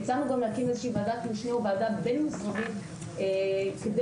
יצא לנו גם להקים ועדה בין משרדית כדי